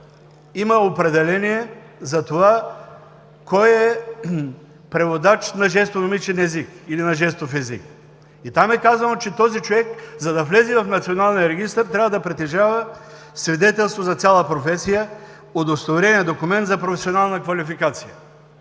има определение за това кой е преводач на жестомимичен език или на жестов език. И там е казано, че този човек, за да влезе в Националния регистър, трябва да притежава свидетелство за цяла професия, удостоверение – документ за професионална квалификация.